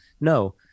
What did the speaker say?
No